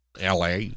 la